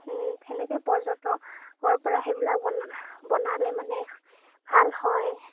তেনেকৈ পৰ্যটকৰ পৰা সেইবিলাক বনা বনালে মানে ভাল হয়